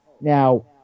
Now